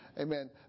Amen